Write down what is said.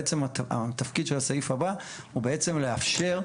שבעצם התפקיד של הסעיף הבא הוא בעצם לאפשר,